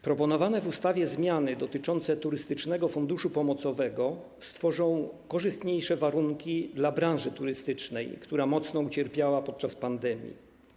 Proponowane w ustawie zmiany dotyczące Turystycznego Funduszu Pomocowego stworzą korzystniejsze warunki dla branży turystycznej, która mocno ucierpiała podczas pandemii.